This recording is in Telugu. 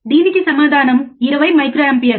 దీనికి సమాధానం 20 మైక్రోఆంపియర్